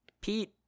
Pete